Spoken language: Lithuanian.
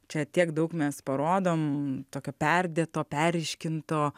čia tiek daug mes parodom tokio perdėto perryškinto